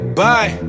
bye